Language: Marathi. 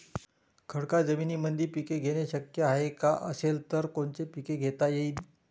खडकाळ जमीनीमंदी पिके घेणे शक्य हाये का? असेल तर कोनचे पीक घेता येईन?